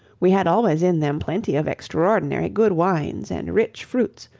we had always in them plenty of extraordinary good wines and rich fruits,